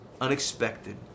unexpected